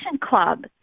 Club